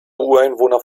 ureinwohner